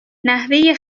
نحوه